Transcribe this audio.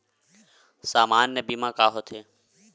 सामान्य बीमा का होथे?